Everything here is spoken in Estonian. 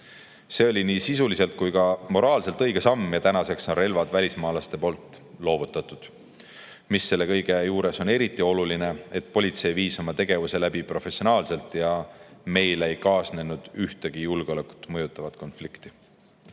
See oli nii sisuliselt kui ka moraalselt õige samm. Tänaseks on relvad välismaalaste poolt loovutatud. Mis selle kõige juures on eriti oluline: politsei viis oma tegevuse läbi professionaalselt ja sellega ei kaasnenud ühtegi julgeolekut mõjutavat konflikti.